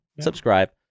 Subscribe